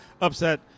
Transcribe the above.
upset